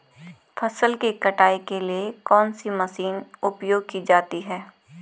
फसल की कटाई के लिए कौन सी मशीन उपयोग की जाती है?